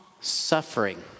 suffering